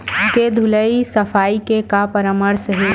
के धुलाई सफाई के का परामर्श हे?